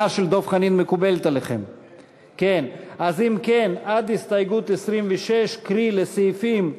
העבודה וחד"ש אני מבקש להסיר את ההסתייגויות עד הסתייגות מס' 26,